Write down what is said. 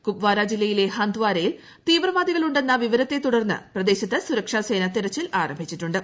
കുപ്വാര ജില്ലയിലെ ഹന്ദ് വാരയിൽ തീവ്രവാദികൾ ഉണ്ടെന്ന വിവരത്തെ തുടർന്ന് പ്രദേശത്ത് സുരക്ഷാ സേന തിരച്ചിൽ ആരംഭിച്ചിട്ടുണ്ട്